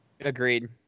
agreed